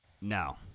no